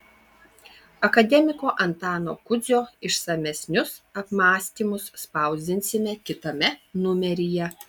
akademiko antano kudzio išsamesnius apmąstymus spausdinsime kitame numeryje